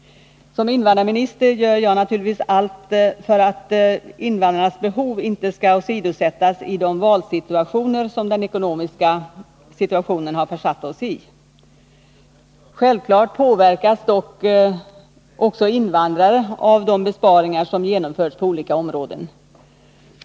Som invandrarminister gör jag naturligtvis allt för att invandrarnas behov inte skall åsidosättas i de valsituationer som den ekonomiska situationen försatt ossi. Självfallet påverkas dock även invandrare av de besparingar som genomförts på olika områden.